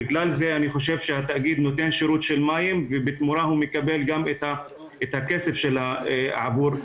התאגיד נותן שירות של מים ובתמורה הוא מקבל גם את הכסף עבור המים.